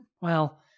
Well—